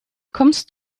kommst